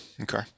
okay